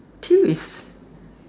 two is